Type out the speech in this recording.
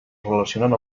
relacionant